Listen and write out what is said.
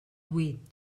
huit